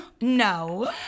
No